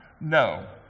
No